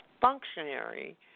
functionary